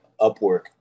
Upwork